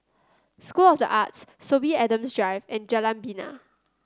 School of the Arts Sorby Adams Drive and Jalan Bena